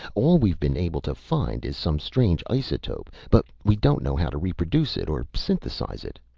all we've been able to find is some strange isotope but we don't know how to reproduce it or synthesize it.